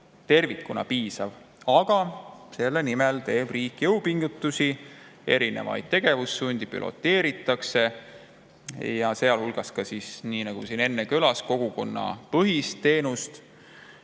muidugi piisav, aga selle nimel teeb riik jõupingutusi. Erinevaid tegevussuundi piloteeritakse, sealhulgas, nii nagu siin enne kõlas, kogukonnapõhist teenust.